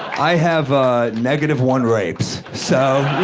i have a negative-one rapes, so,